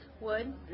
Wood